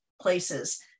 places